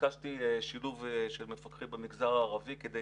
ביקשתי שילוב של מפקחים במגזר הערבי כדי